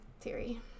theory